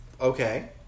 Okay